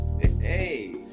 hey